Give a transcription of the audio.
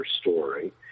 story